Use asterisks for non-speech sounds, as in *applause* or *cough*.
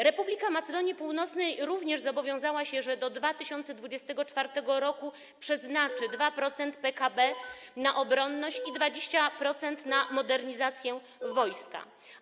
Republika Macedonii Północnej również zobowiązała się, że do 2024 r. przeznaczy *noise* 2% PKB na obronność i 20% na modernizację wojska.